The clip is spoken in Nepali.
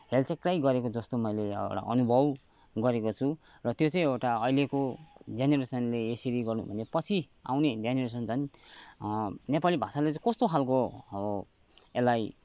हेलचेक्राईँ गरेको जस्तो मैले एउटा अनुभव गरेको छु र त्यो चाहिँ एउटा अहिलेको जेनरेसनले यसरी गर्नु भने पछि आउने जेनेरेसन झन् नेपाली भाषालाई चाहिँ कस्तो खालको यसलाई